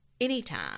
anytime